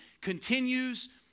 continues